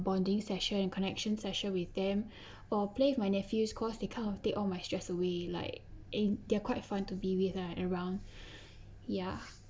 bonding session and connection session with them or play with my nephews because they kind of take all my stress away like a they are quite fun to be with ah around ya